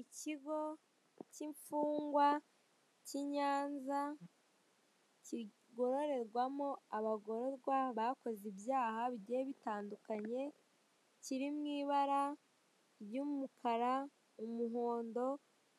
Ikigo cy'imfungwa cy'i Nyanza kigororerwamo abagororwa bakoze ibyaha bigiye bitandukanye, kiri mu ibara ry'umukara, umuhondo